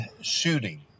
shooting